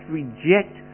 reject